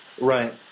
Right